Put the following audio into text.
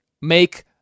Make